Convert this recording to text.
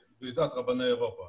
וברכה.